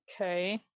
Okay